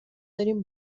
داریم